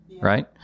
right